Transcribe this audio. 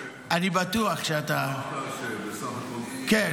אמרת --- אני בטוח שאתה --- אמרת שבסך הכול --- אבל